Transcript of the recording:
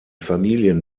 familien